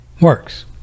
works